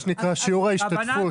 מה שנקרא: "שיעור ההשתתפות".